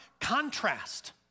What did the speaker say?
contrast